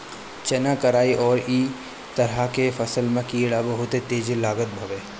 चना, कराई अउरी इ तरह के फसल में कीड़ा बहुते तेज लागत हवे